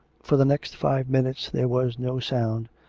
for the next five minutes there was no sound,